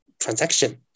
transaction